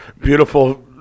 beautiful